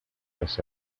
ese